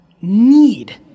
need